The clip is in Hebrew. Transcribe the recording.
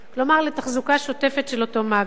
כלומר לתחזוקה שוטפת של אותו מאגר.